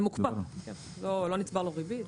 לא נצברת לו ריבית.